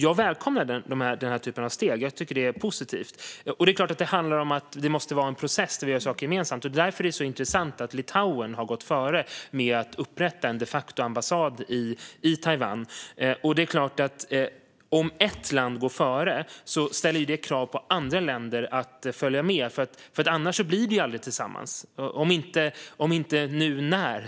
Jag välkomnar den typen av steg; jag tycker att det är positivt. Det är klart att det måste vara en process där vi gör saker gemensamt. Det är därför som det är så intressant att Litauen har gått före med att de facto inrätta en ambassad i Taiwan. Om ett land går före ställer det ju krav på andra länder att följa med, för annars blir det aldrig tillsammans. Om inte nu, när?